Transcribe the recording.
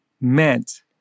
meant